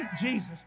Jesus